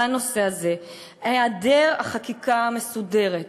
בהיעדר החקיקה המסודרת,